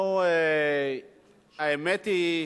אנחנו האמת היא,